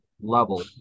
level